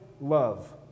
love